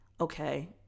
okay